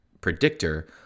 predictor